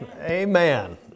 amen